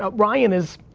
ah ryan is,